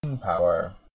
power